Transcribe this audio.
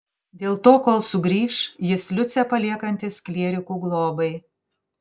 dėl to kol sugrįš jis liucę paliekantis klierikų globai